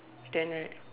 ten right